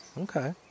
Okay